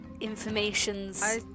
Information's